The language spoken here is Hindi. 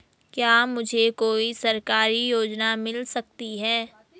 क्या मुझे कोई सरकारी योजना मिल सकती है?